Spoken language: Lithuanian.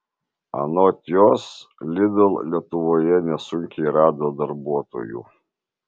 anot jos lidl lietuvoje nesunkiai rado darbuotojų